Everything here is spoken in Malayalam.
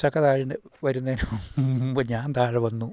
ചക്ക താഴോട്ട് വരുന്നതിന് മുമ്പ് ഞാൻ താഴെ വന്നു